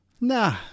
nah